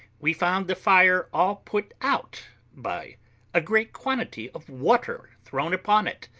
we found the fire all put out by a great quantity of water thrown upon it.